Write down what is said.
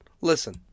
Listen